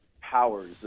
powers